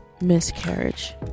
miscarriage